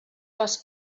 les